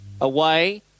Away